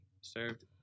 served